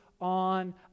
on